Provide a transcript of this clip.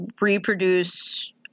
reproduce